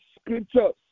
scriptures